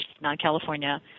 non-California